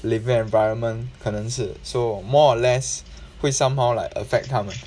living environment 可能是 so more or less 会 somehow like effect 他们